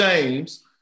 James